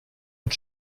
und